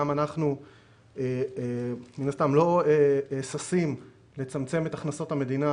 גם אנחנו מן הסתם לא ששים לצמצם את הכנסות המדינה